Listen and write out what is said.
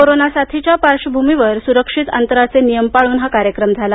corona साथीच्या पार्श्वभूमीवर सुरक्षित अंतराचे नियम पाळून हा कार्यक्रम झाला